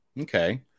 Okay